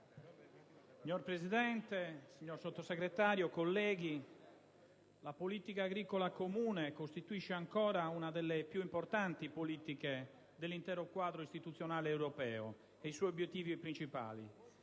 Signora Presidente, signor Sottosegretario, colleghi, la politica agricola comune costituisce ancora una delle più importanti politiche dell'intero quadro istituzionale europeo e i suoi obiettivi principali,